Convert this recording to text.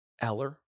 Eller